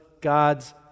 God's